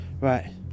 Right